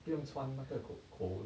不用穿那个口口